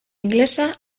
ingelesa